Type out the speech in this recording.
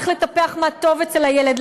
צריך לטפח מה שטוב אצל הילד.